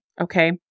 Okay